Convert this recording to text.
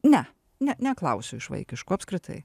ne ne neklausiu iš vaikiškų apskritai